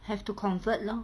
have to convert lor